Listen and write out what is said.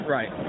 Right